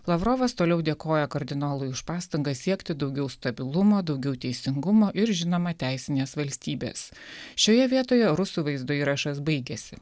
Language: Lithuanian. lavrovas toliau dėkoja kardinolui už pastangas siekti daugiau stabilumo daugiau teisingumo ir žinoma teisinės valstybės šioje vietoje rusų vaizdo įrašas baigėsi